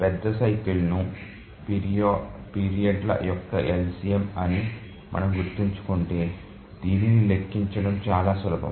పెద్ద సైకిల్ ను పీరియడ్ల యొక్క LCM అని మనం గుర్తుంచుకుంటే దీనిని లెక్కించడం చాలా సులభం